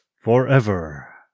Forever